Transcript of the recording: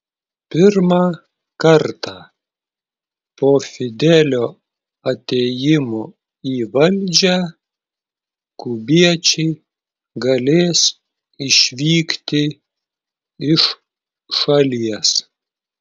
pirmą kartą po fidelio atėjimo į valdžią kubiečiai galės išvykti iš šalies